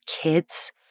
kids